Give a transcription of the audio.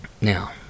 Now